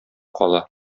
кала